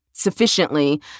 sufficiently